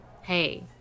Hey